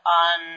on